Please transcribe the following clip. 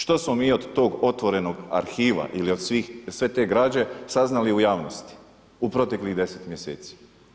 Što smo mi od tog otvorenog arhiva ili od sve te građe saznali u javnosti u proteklih deset mjeseci?